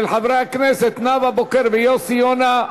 של חברי הכנסת נאוה בוקר ויוסי יונה,